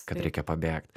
kad reikia pabėgt